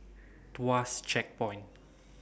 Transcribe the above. Tuas Checkpoint